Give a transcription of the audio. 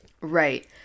Right